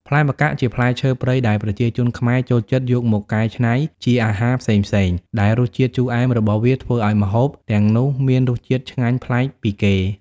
ផ្លែម្កាក់ ជាផ្លែឈើព្រៃដែលប្រជាជនខ្មែរចូលចិត្តយកមកកែច្នៃជាអាហារផ្សេងៗ ដែលរសជាតិជូរអែមរបស់វាធ្វើឱ្យម្ហូបទាំងនោះមានរសជាតិឆ្ងាញ់ប្លែកពីគេ។